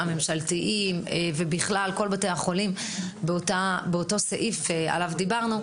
הממשלתיים ובכלל כל בתי החולים באותו סעיף עליו דיברנו,